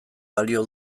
balio